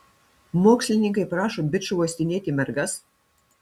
mokslininkai prašo bičo uostinėti mergas